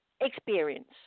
experience